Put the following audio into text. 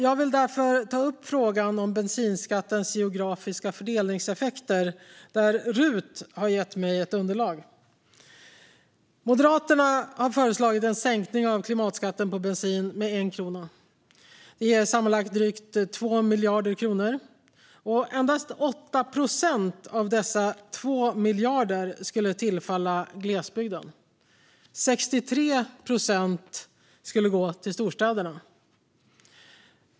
Jag vill därför ta upp frågan om bensinskattens geografiska fördelningseffekter, där RUT har gett mig ett underlag. Moderaterna har föreslagit en sänkning av klimatskatten på bensin med l krona. Det ger sammanlagt drygt 2 miljarder kronor. Endast 8 procent av dessa 2 miljarder skulle tillfalla glesbygden. 63 procent skulle gå till storstäderna.